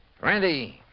Randy